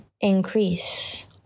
increase